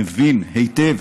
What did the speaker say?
מבין היטב